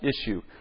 issue